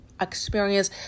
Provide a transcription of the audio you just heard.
experience